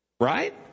right